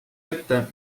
ette